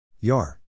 Yar